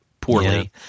poorly